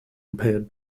impaired